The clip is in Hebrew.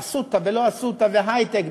"אסותא" ולא "אסותא" והיי-טק.